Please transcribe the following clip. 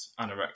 anorexia